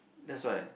that's why